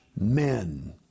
men